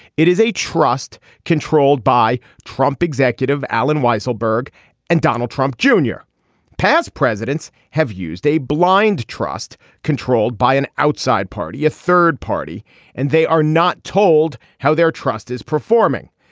it is a trust controlled by trump executive. alan weisberg and donald trump junior past presidents have used a blind trust controlled by an outside party a third party and they are not told how their trust is performing.